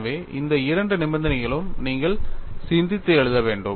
எனவே இந்த இரண்டு நிபந்தனைகளையும் நீங்கள் சிந்தித்து எழுத வேண்டும்